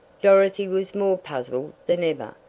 dorothy was more puzzled than ever.